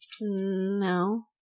No